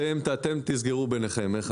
אתם תסגרו ביניהם.